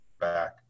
back